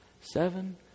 seven